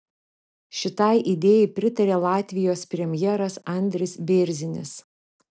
šitai idėjai pritarė latvijos premjeras andris bėrzinis